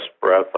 breath